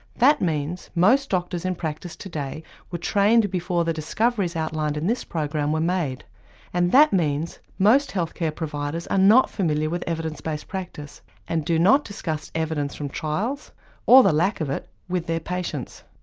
that means most doctors in practice today were trained before the discoveries outlined in this program were made and that means most health care providers are not familiar with evidence based practice and do not discuss evidence from trials or the lack of it with their patients.